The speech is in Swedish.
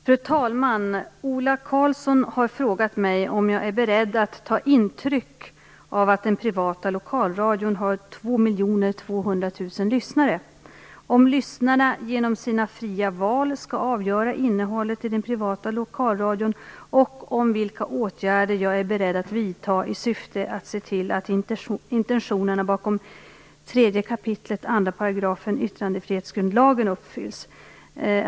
Fru talman! Ola Karlsson har frågat mig - om jag är beredd att ta intryck av att den privata lokalradion har 2 200 000 lyssnare - om lyssnarna genom sina fria val skall avgöra innehållet i den privata lokalradion - vilka åtgärder jag är beredd att vidta i syfte att se till att intentionerna bakom 3 kap. 2 § yttrandefrihetsgrundlagen uppfylls.